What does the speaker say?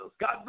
God